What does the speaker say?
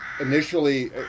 initially